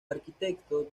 arquitectos